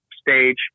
stage